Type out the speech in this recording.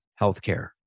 healthcare